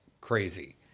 crazy